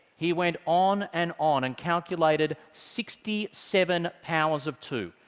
he went on and on and calculated sixty seven powers of two.